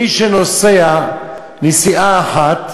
מי שנוסע נסיעה אחת,